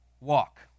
walk